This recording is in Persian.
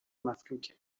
مفلوکه